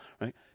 right